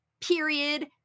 period